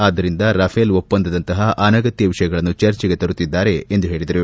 ಆದ್ದರಿಂದ ರಫೇಲ್ ಒಪ್ಪಂದದಂತಹ ಅನಗತ್ಯ ವಿಷಯಗಳನ್ನು ಚರ್ಚೆಗೆ ತರುತ್ನಿದ್ದಾರೆ ಎಂದು ಹೇಳಿದರು